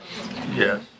Yes